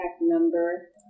number